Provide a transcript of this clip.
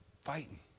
fighting